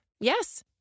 Yes